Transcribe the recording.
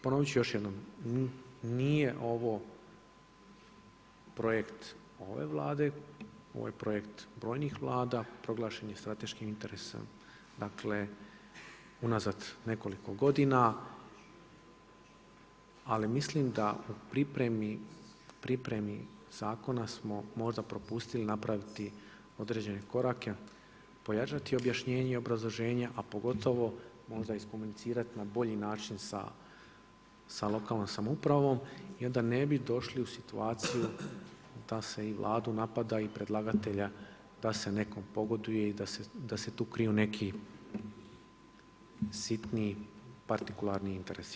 Ponovit ću još jednom, nije ovo projekt ove vlade, ovo je projekt brojnih vlada proglašenim strateškim interesom, dakle unazad nekoliko godina, ali mislim da u pripremi zakona smo možda propustili napraviti određene korake, pojačati objašnjenja i obrazloženja, a pogotovo možda iskomunicirat na bolji način sa lokalnom samoupravom i onda ne bi došli u situaciju da se i Vladu napada i predlagatelja da se nekom pogoduje i da se tu kriju neki sitni partikularni interesi.